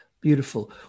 Beautiful